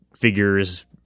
figures